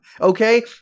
okay